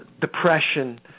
depression